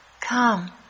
Come